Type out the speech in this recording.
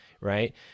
Right